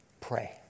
Pray